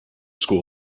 school